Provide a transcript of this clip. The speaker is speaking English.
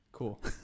Cool